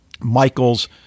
michael's